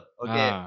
okay